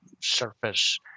surface